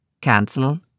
Cancel